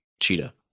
Cheetah